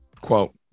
quote